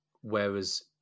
Whereas